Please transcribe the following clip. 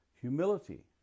humility